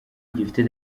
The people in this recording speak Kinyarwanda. gifite